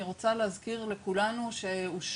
אני רוצה להזכיר לכולנו שאושרו,